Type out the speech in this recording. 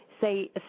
say